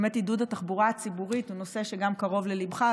שבאמת עידוד התחבורה הציבורית הוא נושא שגם קרוב לליבך,